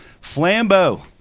Flambeau